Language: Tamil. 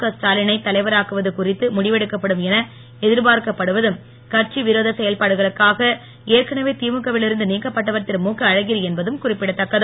கஸ்டா லினை தலைவராக்குவது குறித்து முடிவெடுக்கப்படும் என எதிர்பார்க்கப் படுவதும் கட்சி விரோத செயல்பாடுகளுக்காக ஏற்கனவே திமுக வில் இருந்து நீக்கப்பட்டவர் திருழுகஅழகிரி என்பதும் குறிப்பிடத்தக்கது